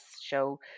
show